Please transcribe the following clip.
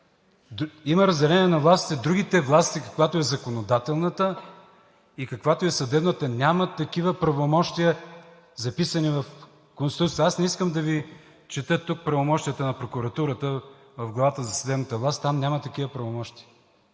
Има разделение на властите – другите власти, каквато е законодателната и каквато е съдебната, нямат такива правомощия, записани в Конституцията. Аз не искам да Ви чета тук правомощията на прокуратурата в главата за съдебната власт, там няма такива правомощия.